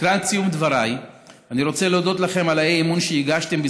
לקראת סיום דבריי אני רוצה להודות לכם על האי-אמון שהגשתם.